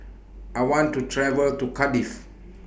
I want to travel to Cardiff